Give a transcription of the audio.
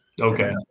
okay